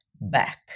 back